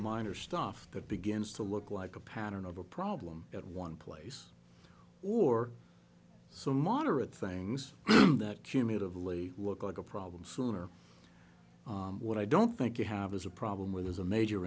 minor stuff that begins to look like a pattern of a problem at one place or so moderate things that cumulatively look like a problem sooner what i don't think you have is a problem with is a major